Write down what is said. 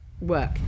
work